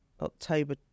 October